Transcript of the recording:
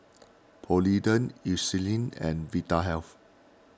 Polident Eucerin and Vitahealth